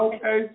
Okay